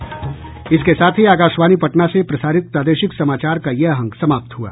इसके साथ ही आकाशवाणी पटना से प्रसारित प्रादेशिक समाचार का ये अंक समाप्त हुआ